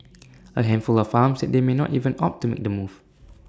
A handful of farms said they may not even opt to make the move